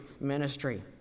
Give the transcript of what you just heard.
ministry